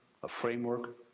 a framework,